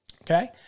Okay